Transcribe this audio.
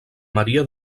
maria